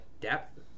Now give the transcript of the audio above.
depth